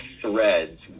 threads